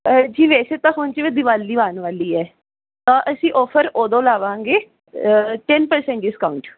ਜੀ ਵੈਸੇ ਤਾਂ ਹੁਣ ਜਿਵੇਂ ਦੀਵਾਲੀ ਆਨ ਵਾਲੀ ਹੈ ਤਾਂ ਅਸੀਂ ਓਫਰ ਓਦੋਂ ਲਾਵਾਂਗੇ ਤਿੰਨ ਪਰਸੈਂਟ ਡਿਸਕਾਊਂਟ